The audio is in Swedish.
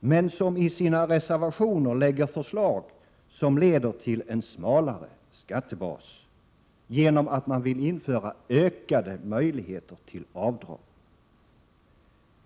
men som i sina reservationer lägger förslag som leder till en smalare skattebas genom att man vill införa ökade möjligheter till avdrag.